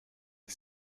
est